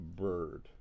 Bird